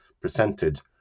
presented